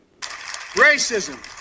Racism